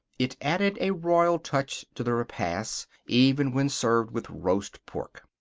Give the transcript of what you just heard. it added a royal touch to the repast, even when served with roast pork.